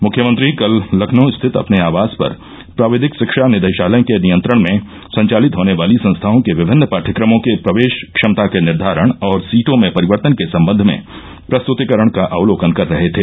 मुख्यमत्री कल लखनऊ स्थित अपने आवास पर प्राविधिक शिक्षा निदेशालय के नियंत्रण में संचालित होने वाली संस्थाओं के विभिन्न पाद्यक्रमों के प्रवेश क्षमता के निर्धारण और सीटों में परिवर्तन के सम्बन्ध में प्रस्तृतिकरण का अवलोकन कर रहे थे